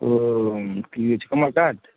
ओ की अछि कोमनकार्प